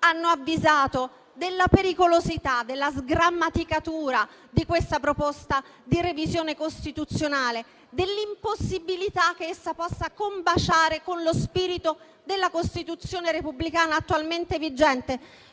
hanno avvisato della pericolosità, della sgrammaticatura di questa proposta di revisione costituzionale e dell'impossibilità che essa possa combaciare con lo spirito della Costituzione repubblicana attualmente vigente.